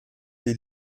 les